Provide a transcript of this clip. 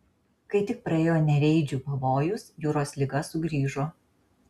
kai tik praėjo nereidžių pavojus jūros liga sugrįžo